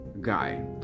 guy